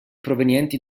provenienti